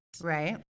Right